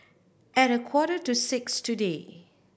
at a quarter to six today